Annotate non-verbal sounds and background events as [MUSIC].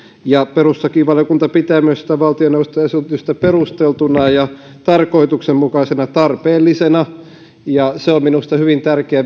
perustuslakivaliokunta pitää tätä valtioneuvoston esitystä myös perusteltuna ja tarkoituksenmukaisena tarpeellisena se on minusta hyvin tärkeä [UNINTELLIGIBLE]